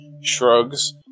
shrugs